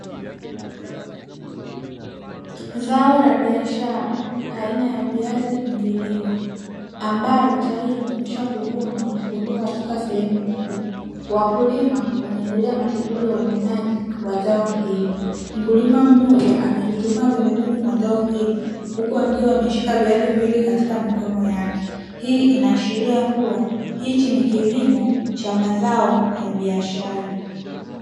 Zao la biashara aina ya viazi mviringo, ambalo tayari limekwisha kuvunwa na kurundikwa katika sehemu moja. Wakulima wanaendelea na shughuli ya uvunaji wa zao hilo. Mkulima mmoja amechuchumaa pembezoni mwa zao hilo huku akiwa ameshika viazi viwili katika mikono yake. Hii inaashiria kuwa hichi ni kilimo cha mazao ya biashara.